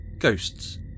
ghosts